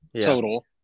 total